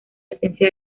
esencia